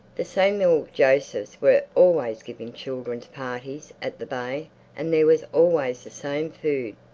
the samuel josephs were always giving children's parties at the bay and there was always the same food.